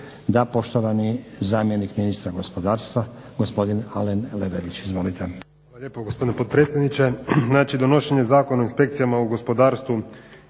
Da. Poštovani zamjenik ministra gospodarstva gospodin Alen Leverić. Izvolite.